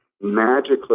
magically